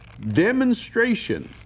demonstration